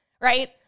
right